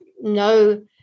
no